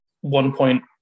one-point